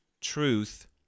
truth